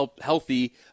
healthy